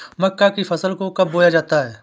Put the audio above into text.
मक्का की फसल को कब बोया जाता है?